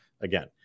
again